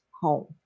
home